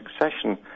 succession